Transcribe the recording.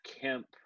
Kemp